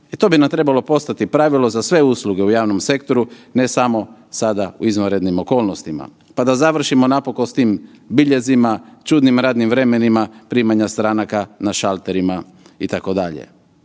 I to bi nam trebalo postati pravilo za sve usluge u javnom sektoru, ne samo sada u izvanrednim okolnostima pa da završimo napokon s tim biljezima, čudnim radnim vremenima primanja stranaka na šalterima, itd.